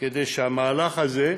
כדי שהמהלך הזה,